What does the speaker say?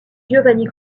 giovanni